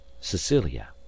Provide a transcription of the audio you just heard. cecilia